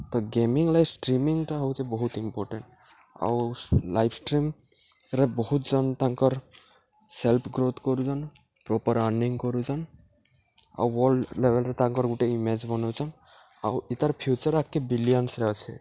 ତ ଗେମିଂ ଲାଗି ଷ୍ଟ୍ରିମିଂଟା ହଉଛେ ବହୁତ୍ ଇମ୍ପୋଟାଣ୍ଟ୍ ଆଉ ଲାଇବ୍ ଷ୍ଟ୍ରିମ୍ରେ ବହୁତ୍ ଜନ୍ ତାଙ୍କର୍ ସେଲ୍ଫ ଗ୍ରୋଥ୍ କରୁଚନ୍ ପ୍ରପର୍ ଆର୍ନିଂ କରୁଚନ୍ ଆଉ ୱାର୍ଲ୍ଡ ଲେଭେଲ୍ରେ ତାଙ୍କର୍ ଗୁଟେ ଇମେଜ୍ ବନଉଚନ୍ ଆଉ ଇତାର୍ ଫ୍ୟୁଚର୍ ଆଗ୍କେ ବିଲୟନ୍ସରେ ଅଛେ